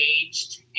engaged